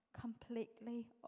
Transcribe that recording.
completely